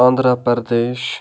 Andhra Pradesh